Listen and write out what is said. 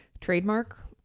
trademark